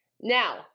Now